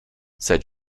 said